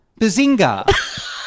Bazinga